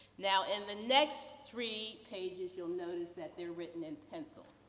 now, in the next three pages, you'll notice that they're written in pencil.